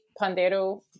Pandeiro